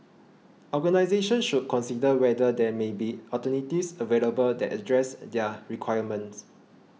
organisations should consider whether there may be alternatives available that address their requirements